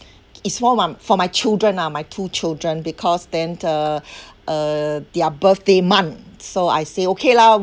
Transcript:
is more month for my children ah my two children because then uh uh their birthday month so I say okay lah